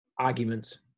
arguments